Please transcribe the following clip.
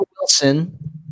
Wilson